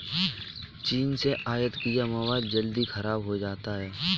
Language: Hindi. चीन से आयत किया मोबाइल जल्दी खराब हो जाता है